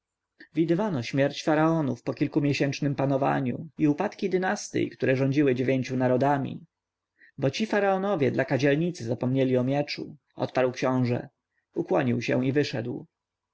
widywano śmierć faraonów po kilkumiesięcznem panowaniu i upadki dynastyj które rządziły dziewięciu narodami bo ci faraonowie dla kadzielnicy zapomnieli o mieczu odparł książę ukłonił się i wyszedł